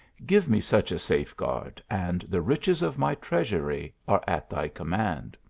give me such a safeguard, and the riches of my treas ury are at thy command.